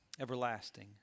everlasting